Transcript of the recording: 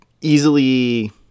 easily